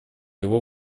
его